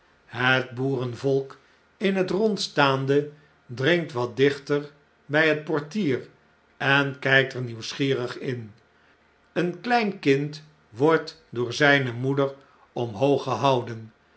het boerenvolk in het rond staande dringt wat dichter bij het portier en kpt er nieuwsgierig in een klein kind wordt door zjjne moeder omhoog gehouden